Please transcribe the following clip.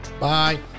Bye